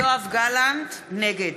יואב גלנט, נגד